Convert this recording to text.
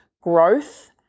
growth